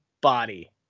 body